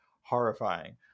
horrifying